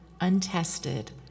untested